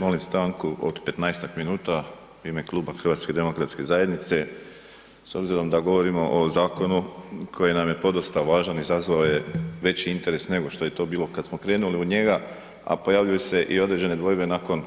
Molim stanku od 15-tak minuta u ime Kluba HDZ-a s obzirom da govorimo o zakonu koji nam je podosta važan, izazvao je veći interes nego što je to bilo kad smo krenuli u njega, a pojavljuju se i određene dvojbe nakon